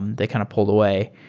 they kind of pulled away.